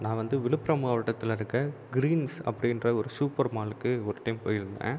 நான் வந்து விழுப்புரம் மாவட்டத்தில் இருக்க கிரீன்ஸ் அப்படின்ற ஒரு சூப்பர் மாலுக்கு ஒரு டைம் போய்ருந்தேன்